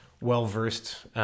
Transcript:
Well-versed